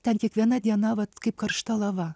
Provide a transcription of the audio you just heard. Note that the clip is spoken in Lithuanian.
ten kiekviena diena vat kaip karšta lava